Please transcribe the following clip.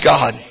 God